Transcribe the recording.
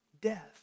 death